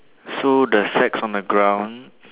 so the sacks on the ground